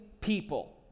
people